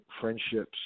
friendships